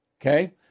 okay